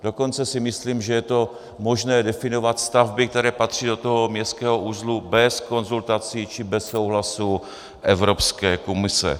Dokonce si myslím, že je to možné definovat stavby, které patří do toho městského uzlu bez konzultací či bez souhlasu Evropské komise.